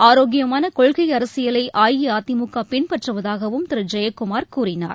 ஆரோக்கியமானகொள்கைஅரசியலைஅஇஅதிமுகபின்பற்றுவதாகவும் திருஜெயக்குமார் கூறினார்